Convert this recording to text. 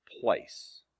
place